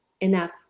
enough